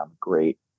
great